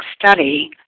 study